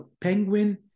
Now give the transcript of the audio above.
Penguin